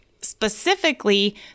specifically